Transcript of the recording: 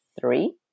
three